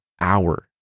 hour